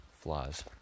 flaws